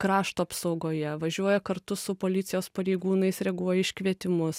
krašto apsaugoje važiuoja kartu su policijos pareigūnais reaguoja į iškvietimus